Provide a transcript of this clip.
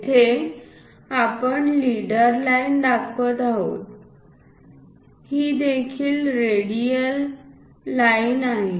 येथे आपण leader line दाखवत आहोत ही देखील रेडियल लाइन आहे